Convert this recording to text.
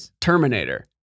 Terminator